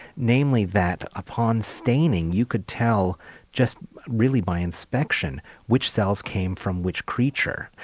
namely that upon staining you could tell just really by inspection which cells came from which creature.